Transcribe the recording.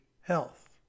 health